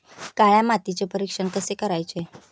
काळ्या मातीचे परीक्षण कसे करायचे?